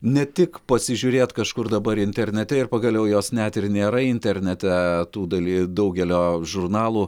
ne tik pasižiūrėt kažkur dabar internete ir pagaliau jos net ir nėra internete tų daly daugelio žurnalų